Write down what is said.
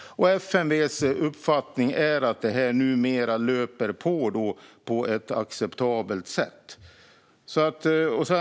FMV:s uppfattning är att detta numera löper på acceptabelt.